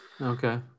Okay